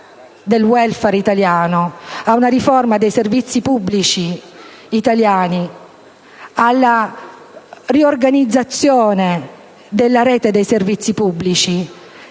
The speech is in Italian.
del *welfare* italiano, a una riforma dei servizi pubblici italiani, alla riorganizzazione della rete dei servizi pubblici